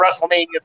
WrestleMania